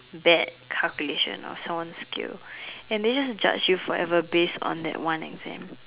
bad calculation or someone's skill and they just judge you forever based on that one exam